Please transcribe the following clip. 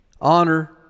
honor